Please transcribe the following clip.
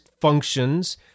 functions